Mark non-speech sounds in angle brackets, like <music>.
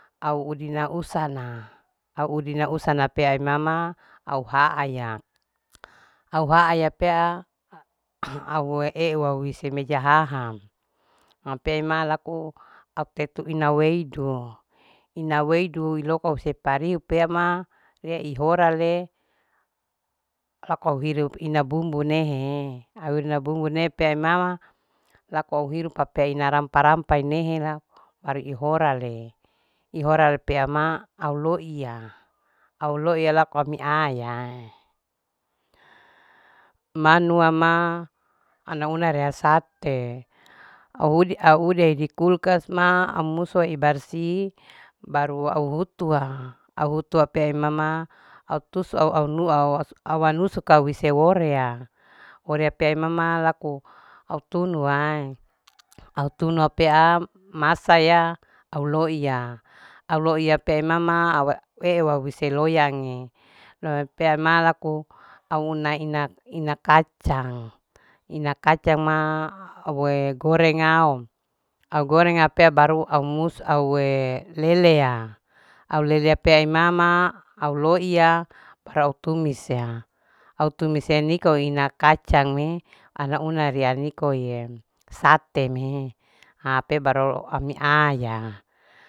Au udina usana. au dina usana pe emama au haaya. au haaya pea. <hesitation> au weew waiwise mejahaha ha pe ema laku au tetu ina weidu. ina waidu iloko usepariu pea ma ye ihora le lako hirup ina bumbu nehe auna bumbune pe emama lako uhirup pape ina rampa. rampa enehela baru ihora le ihora le ihora pe ama au loiya. au loiya laka miaayae manua ma ana una rea sate audi. aude di kulkas ma au musue ibarsih baru au hutua, au hutua pe emama au tusu awaw wanusu kau siworea worea pe emama laku au tunuwae. au tunu aupea masa ya. au loiya. au loiya pe emama awa euwa seloyange au lou pe ema laku au una ina ina ina kacang. ina kacang ma au wee gorengao au goreng au pe baru au mus au wee leleya au leleya pei mama au loiya baru au tumis ya au tumis eniko ina kacange ana una ria nikoye sate me ha pe baru ami aya